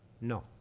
no